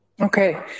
Okay